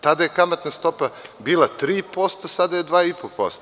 Tada je kamatna stopa bila 3%, sada je 2,5%